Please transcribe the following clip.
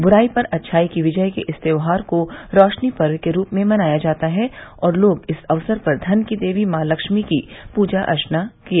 बुराई पर अच्छाई की विजय के इस त्यौहार को रोशनी पर्व के रूप में मनाया जाता है और लोग इस अवसर पर धन की देवी मॉ लक्ष्मी की पूजा अर्वना किए